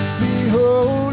behold